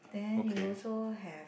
then you also have